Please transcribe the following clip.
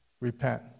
Repent